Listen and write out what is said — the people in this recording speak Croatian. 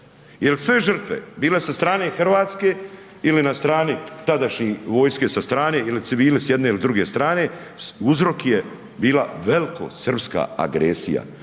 jer sve žrtve, bile sa strane Hrvatske ili na strani tadašnje vojske sa strane ili civili s jedne ili druge strane, uzrok je bila velikosrpska agresija.